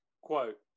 quote